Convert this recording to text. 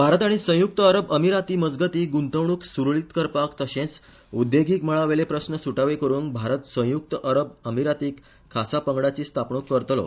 भारत आनी संयुक्त अरब अमिराती मजगती गुंतवणुक सुरळीत करपाक तशेंच उद्देगीक मळावेले प्रस्न सुटावे करुंक भारत संयुक्त अरब अमिरातीक खासा पंगडाची स्थापणुक करतलो